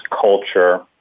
culture